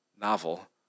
novel